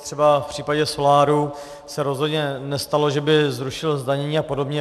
Třeba v případě soláru se rozhodně nestalo, že by zrušil zdanění a podobně.